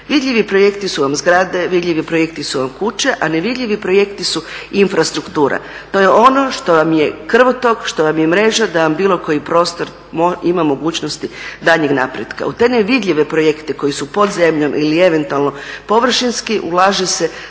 Vidljivi projekti su vam zgrade, vidljivi projekti su vam kuće, a nevidljivi projekti su infrastruktura. To je ono što vam je krvotok, što vam je mreža da vam bilo koji prostor ima mogućnost daljnjeg napretka. U te nevidljive projekte koji su pod zemljom ili eventualno površinski ulaže se strašno